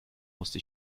musste